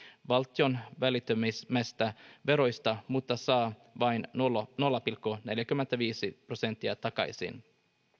valtion välittömistä veroista mutta saa vain nolla nolla pilkku neljäkymmentäviisi prosenttia takaisin